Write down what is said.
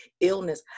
illness